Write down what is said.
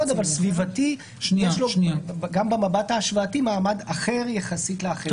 אבל ל"סביבתי" יש גם במבט ההשוואתי מעמד אחר יחסית לאחרים.